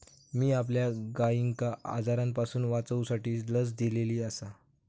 मी आपल्या गायिंका आजारांपासून वाचवूसाठी लस दिलेली आसा